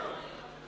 (נישואין וגירושין)